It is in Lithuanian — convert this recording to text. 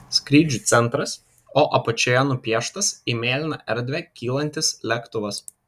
skrydžių centras o apačioje nupieštas į mėlyną erdvę kylantis lėktuvas